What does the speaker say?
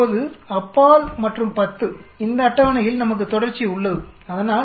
இப்போது அப்பால் மற்றும் 10இந்த அட்டவணையில் நமக்கு தொடர்ச்சி உள்ளதுஅதனால்